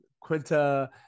Quinta